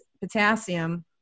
potassium